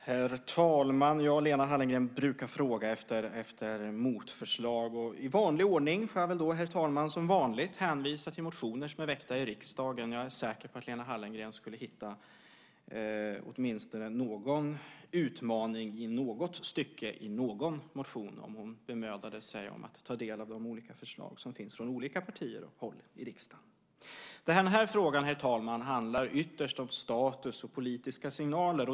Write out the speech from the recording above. Herr talman! Lena Hallengren brukar fråga efter motförslag. I vanlig ordning får jag väl då, herr talman, hänvisa till motioner som är väckta i riksdagen. Jag är säker på att Lena Hallengren skulle hitta åtminstone någon utmaning i något stycke i någon motion om hon bemödade sig om att ta del av de olika förslag som finns från olika partier och håll i riksdagen. Den här frågan, herr talman, handlar ytterst om status och politiska signaler.